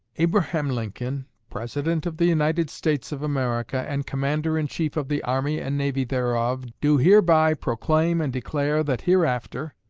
abraham lincoln, president of the united states of america, and commander-in-chief of the army and navy thereof, do hereby proclaim and declare that hereafter,